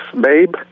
Babe